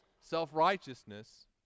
Self-righteousness